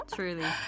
Truly